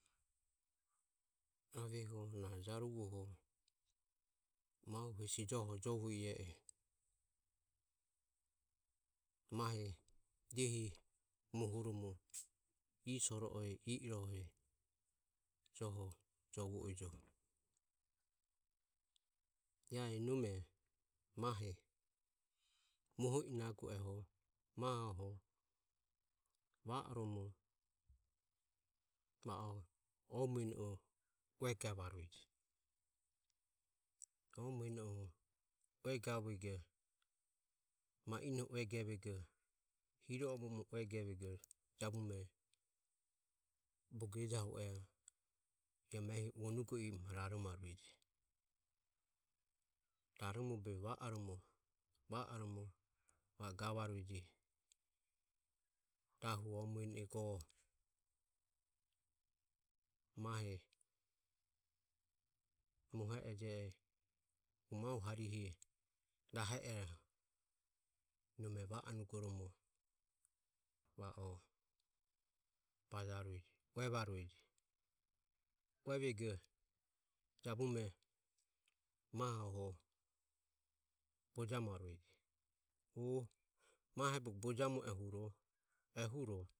Aveho na jaruvoho mahu hesi joho jovo i e a mahe diehi mohoromo ie soroe i e rohe joho jovo ejo iae nome mahe moho i nauge oho mahoho mobe i ue gavarueji o mueno e ue gavureje ma ino ue gevego ma inome ue gevego jaburo bogo ejahue oho e vonugoromo raromo be va oromo va oromo va o gvarueje rahu o muene go mahe mohe e je e hu mahu harihe rahe e va o bajarueje ue vaureje uevego jabume mahoho bojamuarueje o mahe bogo bojamueohuro ehuro.